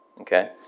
Okay